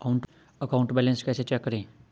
Account balance कैसे check करें?